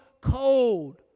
cold